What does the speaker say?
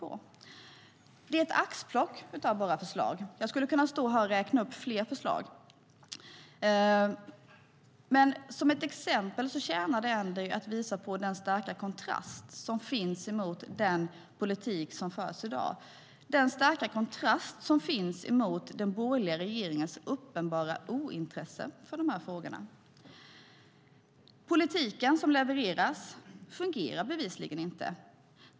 Detta är ett axplock av våra förslag. Jag skulle kunna stå här och räkna upp fler förslag. Som ett exempel tjänar det ändå att visa på den starka kontrast som finns mot den politik som förs i dag, mot den borgerliga regeringens uppenbara ointresse för de här frågorna. Politiken som levereras fungerar bevisligen inte.